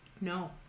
No